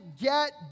get